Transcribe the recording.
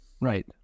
Right